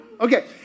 Okay